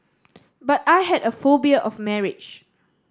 but I had a phobia of marriage